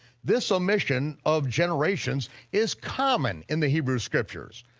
this omission of generations is common in the hebrew scriptures.